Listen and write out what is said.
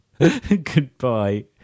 goodbye